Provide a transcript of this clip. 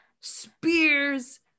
spears